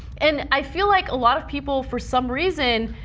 and i feel like a lot of people, for some reason,